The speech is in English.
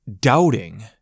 doubting